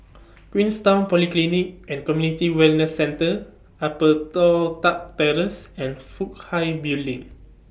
Queenstown Polyclinic and Community Wellness Centre Upper Toh Tuck Terrace and Fook Hai Building